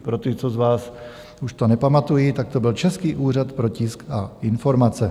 Pro ty z vás, co už to nepamatují, tak to byl Český úřad pro tisk a informace.